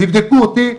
תבדקו אותי,